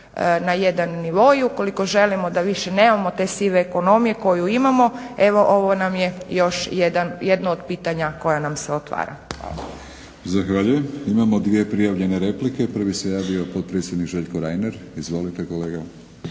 na jedan nivo i ukoliko želimo da više nemamo te sive ekonomije koju imamo evo ovo nam je još jedno od pitanja koja nam se otvara.